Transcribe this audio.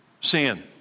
Sin